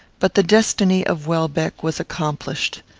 but the destiny of welbeck was accomplished.